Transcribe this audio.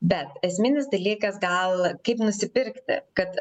bet esminis dalykas gal kaip nusipirkti kad